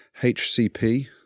HCP